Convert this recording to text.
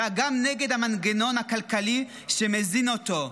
אלא גם נגד המנגנון הכלכלי שמזין אותו.